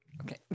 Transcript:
Okay